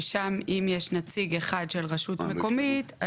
שאם יש נציג אחד של רשות מקומית,